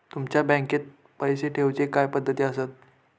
तुमच्या बँकेत पैसे ठेऊचे काय पद्धती आसत?